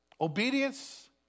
obedience